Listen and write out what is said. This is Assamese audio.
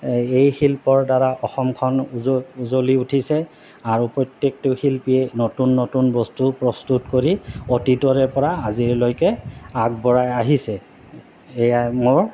এই শিল্পৰ দ্বাৰা অসমখন উজ উজ্বলি উঠিছে আৰু প্ৰত্যেকটো শিল্পীয়ে নতুন নতুন বস্তু প্ৰস্তুত কৰি অতীতৰে পৰা আজিলৈকে আগবঢ়াই আহিছে এয়াই মোৰ